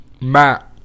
Matt